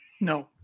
No